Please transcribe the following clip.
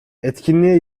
etkinliğe